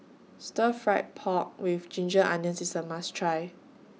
Stir Fry Pork with Ginger Onions IS A must Try